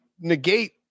negate